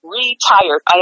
retired